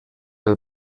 del